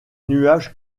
nuages